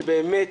שבאמת,